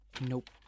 Nope